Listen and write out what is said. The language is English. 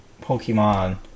Pokemon